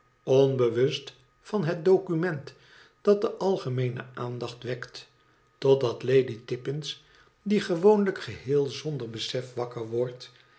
onbewust van het document dat de algemeene aandacht wekt totdat lady tippins die gewoonlijk geheel zonder besef wakker wordt